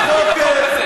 תודה, תודה.